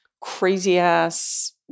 crazy-ass